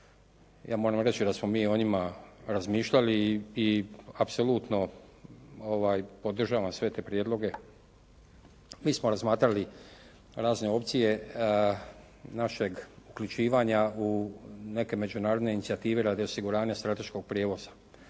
Ja moram reći da smo mi o njima razmišljali i apsolutno podržavam sve te prijedloge. Mi smo razmatrali razne opcije našeg uključivanja u neke međunarodne inicijative radi osiguranja strateškog prijevoza,